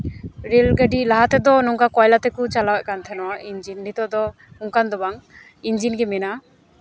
rail ᱜᱟᱹᱰᱤ ᱞᱟᱦᱟ ᱛᱮᱫᱚ ᱱᱚᱝᱠᱟ ᱠᱚᱭᱞᱟ ᱛᱮᱠᱚ ᱪᱟᱞᱟᱣᱮᱫ ᱛᱟᱦᱮᱱᱚᱜ ᱤᱧᱡᱤᱱ ᱱᱤᱛᱚᱜ ᱫᱚ ᱚᱱᱠᱟ ᱫᱚ ᱵᱟᱝ ᱤᱧᱡᱤᱱ ᱜᱮ ᱢᱮᱱᱟᱜᱼᱟ